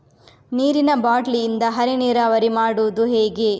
ನೀರಿನಾ ಬಾಟ್ಲಿ ಇಂದ ಹನಿ ನೀರಾವರಿ ಮಾಡುದು ಹೇಗೆ?